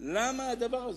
למה הדבר הזה.